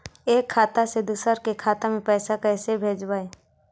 एक खाता से दुसर के खाता में पैसा कैसे भेजबइ?